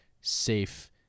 safe